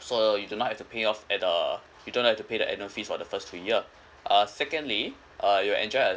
so you do not have to pay off at uh you don't have to pay the annual fees for the first two year uh secondly uh you'll enjoy a